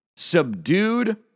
subdued